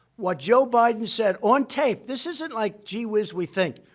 what joe biden said on tape this isn't like, gee-whiz, we think.